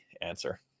answer